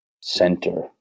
center